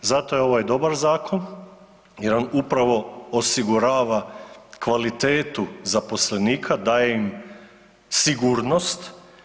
Zato je ovo dobar zakon, jer on upravo osigurava kvalitetu zaposlenika daje im sigurnost.